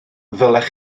ddylech